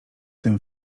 tym